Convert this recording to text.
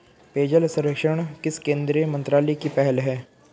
पेयजल सर्वेक्षण किस केंद्रीय मंत्रालय की पहल है?